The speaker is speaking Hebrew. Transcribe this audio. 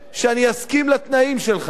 שאני אסכים לתנאים שלך,